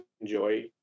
enjoy